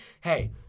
Hey